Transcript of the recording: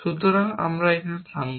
সুতরাং আমরা এখানে থামব